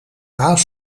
baas